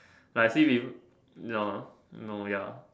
like I see peop~ no no ya